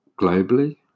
globally